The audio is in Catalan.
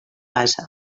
bassa